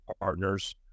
partners